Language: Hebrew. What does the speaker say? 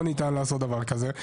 לא ניתן לעשות דבר כזה.